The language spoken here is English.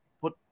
put